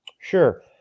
Sure